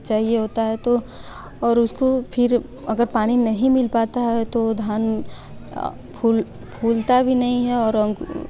चाहिए होता है तो और उसको फिर अगर पानी नहीं मिल पाता है तो धान फूल फूलता भी नहीं है और हम